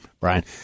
Brian